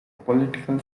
political